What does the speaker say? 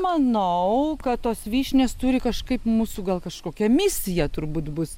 manau kad tos vyšnios turi kažkaip mūsų gal kažkokia misija turbūt bus